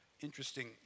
Interesting